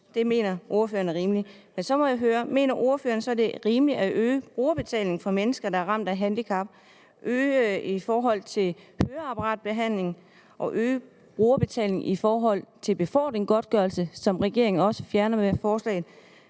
Det mener ordføreren er rimeligt. Så må jeg høre: Mener ordføreren så, at det er rimeligt at øge brugerbetalingen for mennesker, der er ramt af handicap? Det drejer sig om høreapparatbehandling, øget brugerbetaling til befordringsgodtgørelse, som regeringen også fjerner med et forslag,